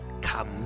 come